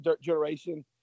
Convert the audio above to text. generation